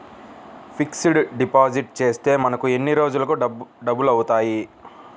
Fixed deposit చేస్తే మనకు ఎన్ని రోజులకు డబల్ అవుతాయి?